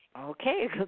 okay